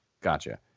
gotcha